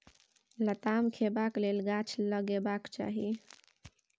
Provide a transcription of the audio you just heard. लताम खेबाक लेल गाछ लगेबाक चाही